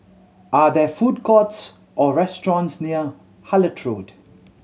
are there food courts or restaurants near Hullet Road